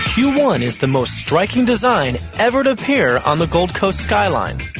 q one is the most striking design ever to appear on the gold coast skyline.